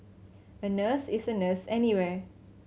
a nurse is a nurse anywhere